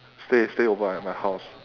stay stay over at my house